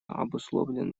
обусловлен